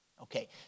Okay